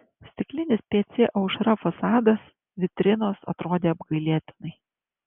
stiklinis pc aušra fasadas vitrinos atrodė apgailėtinai